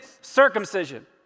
Circumcision